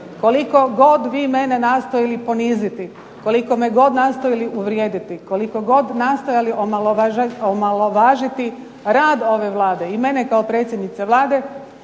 Koliko god vi mene nastojali poniziti, koliko god me nastojali uvrijediti, koliko god nastojali omalovažiti rad ove Vlade i mene kao predsjednice Vlade